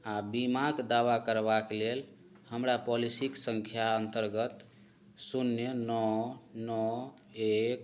आओर बीमाक दावा करबाक लेल हमरा पॉलिसीक सङ्ख्या अन्तर्गत शून्य नओ नओ एक